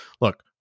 look